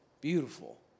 beautiful